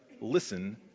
listen